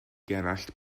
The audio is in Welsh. gerallt